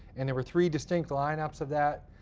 and there were three distinct lineups of that.